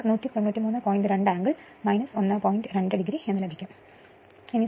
2 angle 1